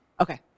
Okay